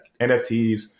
NFTs